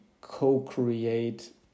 co-create